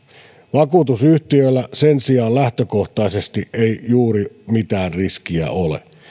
vakuutusyhtiöllä sen sijaan lähtökohtaisesti ei juuri mitään riskiä ole